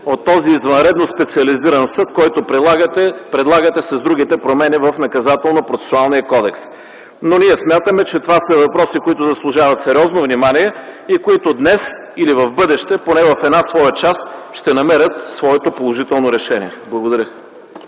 от този извънредно специализиран съд, който предлагате с другите промени в Наказателно-процесуалния кодекс. Ние смятаме, че това са въпроси, които заслужават сериозно внимание и които днес или в бъдеще, поне в една своя част, ще намерят своето положително решение. Благодаря.